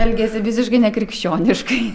elgėsi visiškai nekrikščioniškai